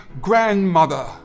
grandmother